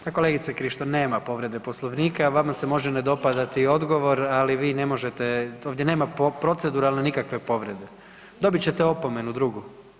Pa kolegice Krišto, nema povrede Poslovnika, vama se može ne dopadati odgovor, ali vi ne možete, ovdje nema proceduralne nikakve povrede, dobit ćete opomenu drugu.